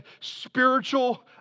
spiritual